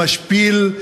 המשפיל,